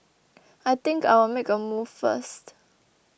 I think I'll make a move first